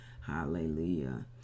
Hallelujah